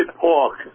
pork